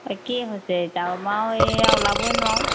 একেই হৈছে এতিয়া আমাৰো এইয়া ওলাবই নোৱাৰোঁ